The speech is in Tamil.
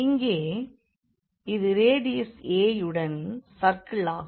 இங்கே இது ரேடியஸ் a உடன் கூடிய சர்க்கிள் ஆகும்